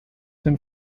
den